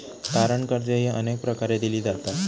तारण कर्जेही अनेक प्रकारे दिली जातात